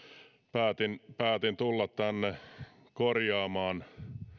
päätin päätin tulla tänne korjaamaan